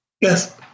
Yes